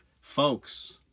Folks